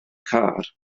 car